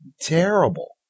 terrible